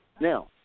Now